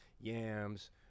yams